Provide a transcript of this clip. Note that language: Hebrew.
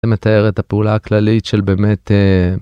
זה מתאר את הפעולה הכללית של באמת.